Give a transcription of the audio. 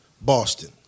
Boston